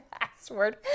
password